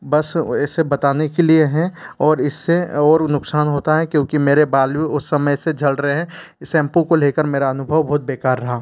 बस ऐसे बताने के लिए हैं और इससे और वी नुकसान होता है क्योंकि मेरे बाल वी उस समय से झड़ रहे हैं इस सैम्पू को लेकर मेरा अनुभव बहुत बेकार रहा